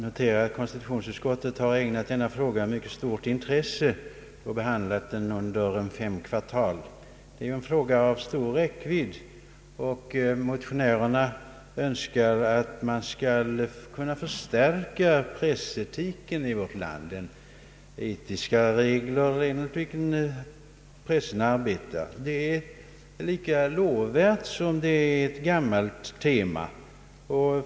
Herr talman! Konstitutionsutskottet har ägnat denna fråga mycket stort intresse och behandlat den under hela fem kvartal. Frågan är också av stor räckvidd. Motionärerna önskar att pressetiken skall förstärkas i vårt land liksom de publiceringsregler under vilka pressen arbetar. Det är en lika lovvärd som gammal strävan.